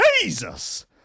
jesus